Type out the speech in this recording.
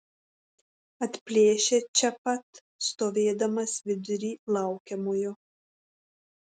atplėšia čia pat stovėdamas vidury laukiamojo